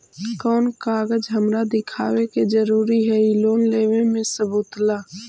कौन कागज हमरा दिखावे के जरूरी हई लोन लेवे में सबूत ला?